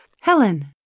Helen